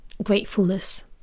Gratefulness